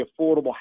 affordable